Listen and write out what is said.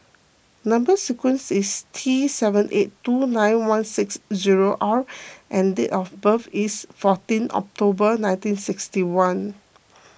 Number Sequence is T seven eight two nine one six zero R and date of birth is fourteen October nineteen sixty one